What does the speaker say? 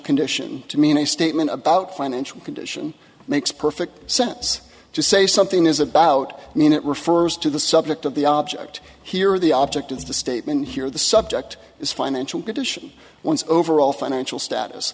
condition to mean a statement about financial condition makes perfect sense to say something is about i mean it refers to the subject of the object here the object of the statement here the subject is financial condition one's overall financial status